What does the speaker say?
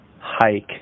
hike